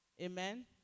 Amen